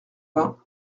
vingt